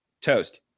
Toast